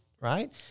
right